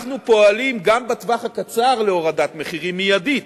אנחנו פועלים גם בטווח הקצר להורדת מחירים מיידית.